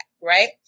right